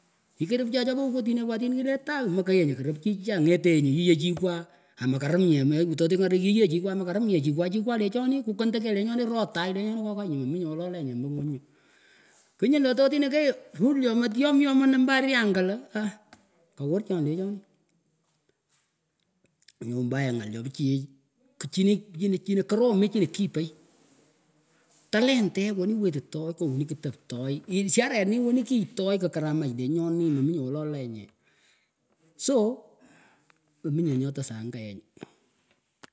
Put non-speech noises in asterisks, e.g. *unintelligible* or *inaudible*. Kikiripchah chupo kukarinekwah tinih kileh tagh mehka yep krip chichah ngehtaeh yiyan chikwah amahkarienyeh *unintelligible* totenah kiyiyah chikwah mahkaripnyeh chikwah lechonih kukanteh keyh rot tagh lenyonih kokai meminyeh wolo lenye mengunyih knyull totinah key krull yomot yom nyoh mning mbo arehangan lah aah kawur chonihleh chonih nyoh umbayah ngal chopichiech kchinih ki chi chinah karomech chinah kipay talenteh weni wettah ngoh weni ktoklonjin iishareneih wenih kkitoy kiakaramach lenyonih meminyeh wollo lenyeh so mominyeh nyoh tasah angahenyuh.